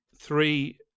three